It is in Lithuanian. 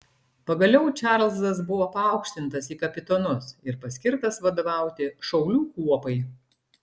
pagaliau čarlzas buvo paaukštintas į kapitonus ir paskirtas vadovauti šaulių kuopai